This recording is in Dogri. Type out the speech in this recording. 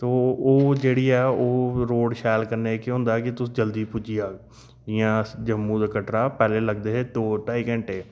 तो ओह् जेहड़ी एह् ओह् रोड़ शैल कनै केह् होंदा कि तुस जल्दी पुज्जी जाहग जि'यां जम्मू दा कटरा लगदे हे दौं ढाई घैंटे